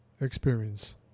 experience